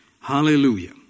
Hallelujah